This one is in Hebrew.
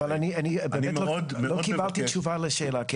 אבל אני לא קיבלתי תשובה לשאלה.